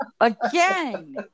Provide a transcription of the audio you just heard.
Again